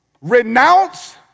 Renounce